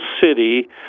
city